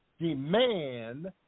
demand